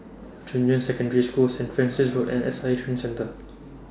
Junyuan Secondary School Saint Francis Road and S I A Training Centre